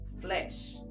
flesh